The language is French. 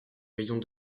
rayons